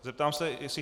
Zeptám se, jestli...